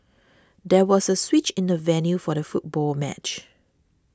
there was a switch in the venue for the football match